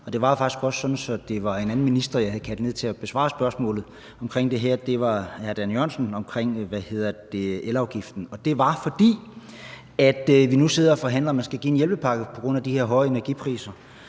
det var en anden minister, jeg havde kaldt herned for at besvare spørgsmålet omkring det her med elafgiften, nemlig klima-, energi- og forsyningsministeren, og det var, fordi vi nu sidder og forhandler, om man skal give en hjælpepakke på grund af de her høje energipriser.